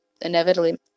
inevitably